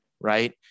right